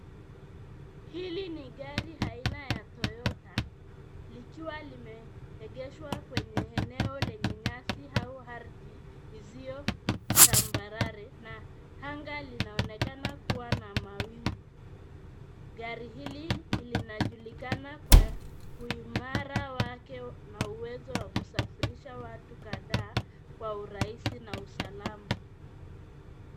Hili ni gari aina ya Toyota likiwa limeegeshwa kwenye eneo lenye nyasi au ardhi isiyo tambarare na anga linaonekana kuwa na mawingu. Gari hili linajulikana kwa uimara wake na uwezo wa kusafirisha watu kadhaa kwa urahisi na usalama.